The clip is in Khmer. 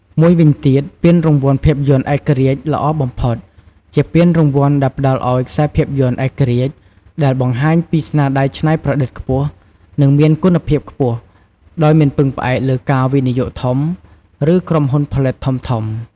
មួយវិញទៀតពានរង្វាន់ភាពយន្តឯករាជ្យល្អបំផុត ជាពានរង្វាន់ដែលផ្តល់ឲ្យខ្សែភាពយន្តឯករាជ្យដែលបង្ហាញពីស្នាដៃច្នៃប្រឌិតខ្ពស់ និងមានគុណភាពខ្ពស់ ដោយមិនពឹងផ្អែកលើការវិនិយោគធំ ឬក្រុមហ៊ុនផលិតធំៗ។